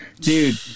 Dude